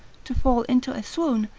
to fall into a swoon,